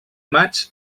maig